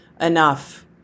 enough